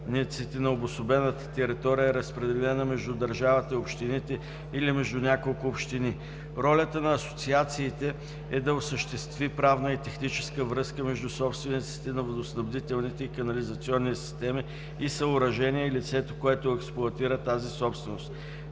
на обособената територия е разпределена между държавата и общините или между няколко общини, ролята на асоциациите е да осъществят правна и техническа връзка между собствениците на водоснабдителните и канализационни системи и съоръжения и лицето, което експлоатира тази собственост.